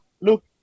Look